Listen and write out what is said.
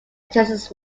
texas